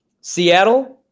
Seattle